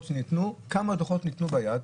הגבוה שניתנו: כמה דוחות ניתנו ביד?